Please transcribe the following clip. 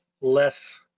less